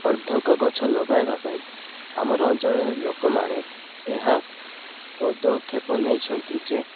ଅର୍ଧକ ଗଛ ଲଗାଇବା ପାଇଁ ଆମର ଅଞ୍ଚଳରେ ଲୋକମାନେ ଏହା ପଦକ୍ଷେପ ନେଇଛନ୍ତି ଯେ